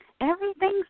Everything's